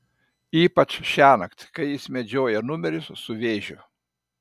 ypač šiąnakt kai jis medžioja numerius su vėžiu